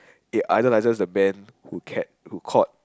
it idolises the man who kept who caught